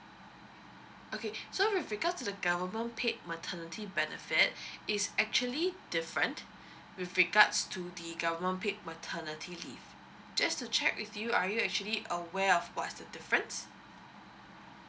okay so with regards to the government paid maternity benefit is actually different with regards to the government paid maternity leavve just to check with you are you actually aware of what's the difference